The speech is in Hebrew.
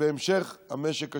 בהמשך גם המשק השיתופי.